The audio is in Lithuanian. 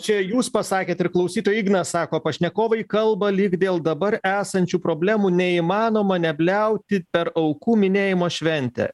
čia jūs pasakėt ir klausytojai ignas sako pašnekovai kalba lyg dėl dabar esančių problemų neįmanoma nebliauti per aukų minėjimo šventę